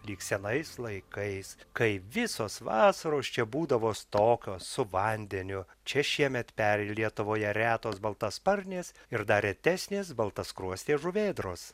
lyg senais laikais kai visos vasaros čia būdavo s tokios su vandeniu čia šiemet peri lietuvoje retos baltasparnės ir dar retesnės baltaskruostės žuvėdros